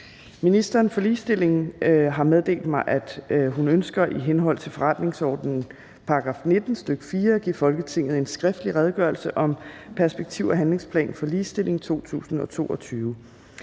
Ministeren for ligestilling (Trine Bramsen) har meddelt mig, at hun ønsker i henhold til forretningsordenens § 19, stk. 4, at give Folketinget en skriftlig Redegørelse om perspektiv- og handlingsplan for ligestilling 2022.